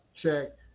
check